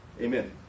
Amen